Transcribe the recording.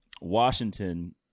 Washington